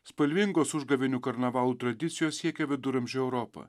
spalvingos užgavėnių karnavalų tradicijos siekia viduramžių europą